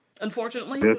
unfortunately